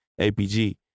APG